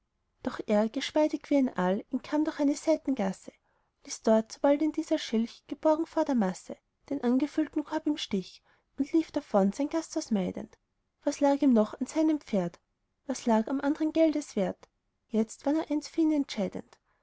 doch er geschmeidig wie ein aal entkam durch eine seitengasse ließ dort sobald ihn dieser schlich geborgen hatte vor der masse den angefüllten korb im stich und lief davon sein gasthaus meidend was lag ihm noch an seinem pferd was lag an andrem geldeswert jetzt war nur eins für ihn entscheidend